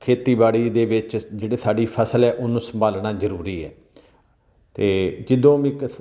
ਖੇਤੀਬਾੜੀ ਦੇ ਵਿੱਚ ਜਿਹੜੀ ਸਾਡੀ ਫਸਲ ਹੈ ਉਹਨੂੰ ਸੰਭਾਲਣਾ ਜ਼ਰੂਰੀ ਹੈ ਅਤੇ ਜਦੋਂ ਵੀ ਕਿਸ